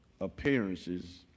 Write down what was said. Appearances